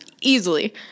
easily